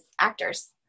actors